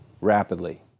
rapidly